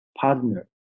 partner